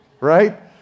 right